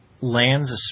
lands